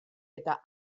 eta